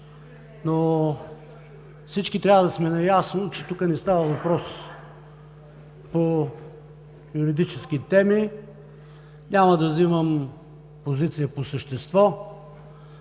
но всички трябва да сме наясно, че тук не става въпрос по юридически теми. Няма да взимам позиция по същество.